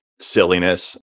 silliness